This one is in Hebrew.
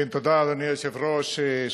תודה, אדוני היושב-ראש.